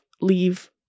leave